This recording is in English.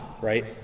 right